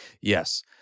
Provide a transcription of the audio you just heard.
Yes